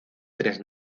tres